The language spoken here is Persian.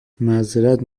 معذرت